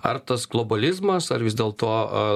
ar tas globalizmas ar vis dėlto